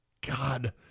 God